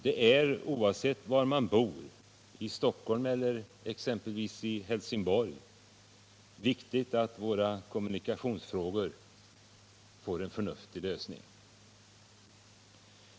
Men oavsett var man bor — i Stockholm eller t.ex. Helsingborg — så är det viktigt att våra kommunikationsfrågor får en förnuftig lösning.